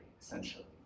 essentially